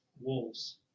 wolves